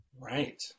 Right